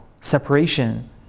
separation